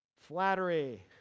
Flattery